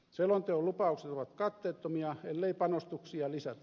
selonteon lupaukset ovat katteettomia ellei panostuksia lisätä